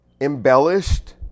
embellished